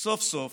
סוף-סוף